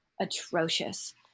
atrocious